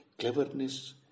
cleverness